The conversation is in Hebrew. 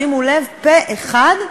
שימו לב, פה-אחד,